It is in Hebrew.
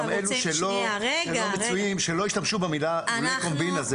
אלה שלא מצויים, שלא ישתמשו במילה קומבינה.